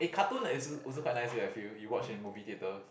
eh cartoon is also quite nice eh I feel you watch in movie theatre